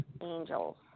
angels